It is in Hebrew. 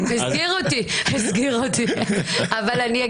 מאיר, אני כן